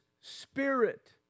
spirit